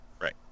Right